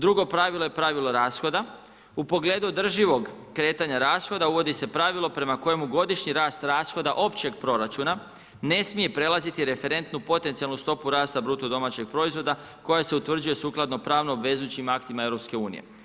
Drugo pravilo je pravilo rashoda u pogledu održivog kretanja rashoda uvodi se pravilo prema kojemu godišnji rast rashoda općeg proračuna ne smije prelaziti referentnu potencijalnu stopu rasta BDP-a koja se utvrđuje sukladno pravno obvezujućim aktima EU.